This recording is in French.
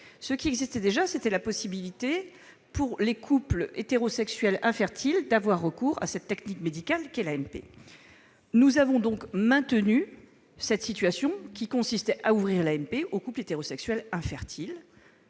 Ce qui existe déjà, c'est la possibilité, pour les couples hétérosexuels infertiles, d'avoir recours à cette technique médicale qu'est l'AMP. Nous avons maintenu cette situation- autoriser le recours à l'AMP pour les couples hétérosexuels infertiles